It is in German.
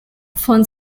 von